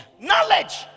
knowledge